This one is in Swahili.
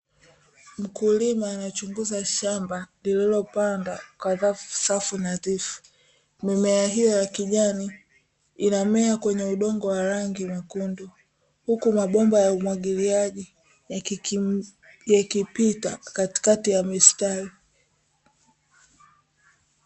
Mkulima anachunguza shamba lililopandwa kwa rafu safi nadhifu, mimea hiyo ya kijani inamea katika udongo mwekundu. Huku mabomba ya umwagiliaji yakipita Katikati ya mistari.